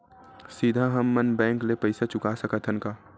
सीधा हम मन बैंक ले पईसा चुका सकत हन का?